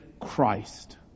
Christ